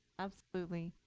absolutely.